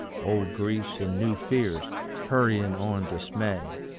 old griefs and new fears hurrying on dismay?